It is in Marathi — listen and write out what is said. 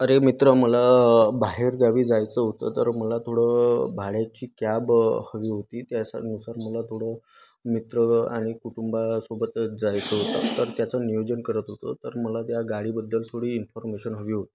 अरे मित्रा मला बाहेरगावी जायचं होतं तर मला थोडं भाड्याची कॅब हवी होती त्याच्या त्यानुसार मला थोडं मित्र आणि कुटुंबासोबतच जायचं होतं तर त्याचं नियोजन करत होतो तर मला त्या गाडीबद्दल थोडी इन्फॉर्मेशन हवी होती